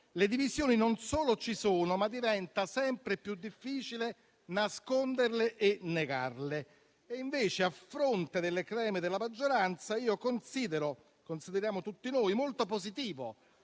Le divisioni non solo ci sono, ma diventa sempre più difficile nasconderle e negarle. Invece, a fronte delle crepe della maggioranza, consideriamo tutti noi molto positivo